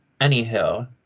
Anywho